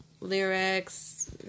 lyrics